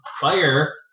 fire